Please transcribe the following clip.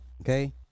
okay